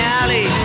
alley